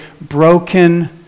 broken